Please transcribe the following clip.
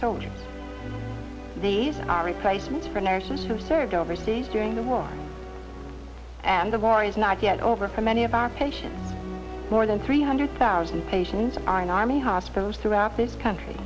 soldiers these are replacements for nurses who served overseas during the war and the war is not yet over for many of our patients more than three hundred thousand patients are in army hospitals throughout this country